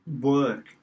work